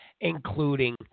including